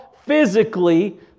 physically